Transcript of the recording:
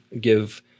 give